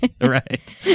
Right